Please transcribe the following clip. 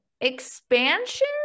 Expansion